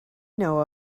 know